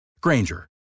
Granger